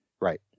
Right